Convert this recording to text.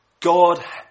God